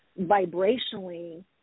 vibrationally